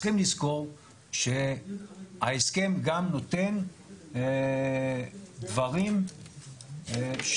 צריכים לזכור שההסכם גם נותן דברים שיאפשרו